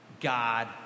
God